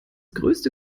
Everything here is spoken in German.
größte